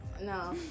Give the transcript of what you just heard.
No